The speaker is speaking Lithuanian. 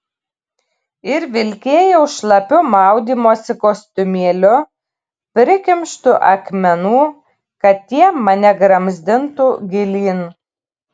ir vilkėjau šlapiu maudymosi kostiumėliu prikimštu akmenų kad tie mane gramzdintų gilyn